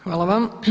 Hvala vam.